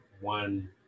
one